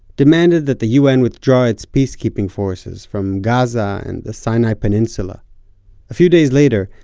demanded that the un withdraw its peacekeeping forces from gaza and the sinai peninsula. a few days later,